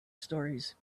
stories